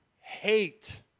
hate